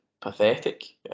pathetic